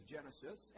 Genesis